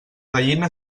gallina